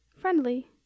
friendly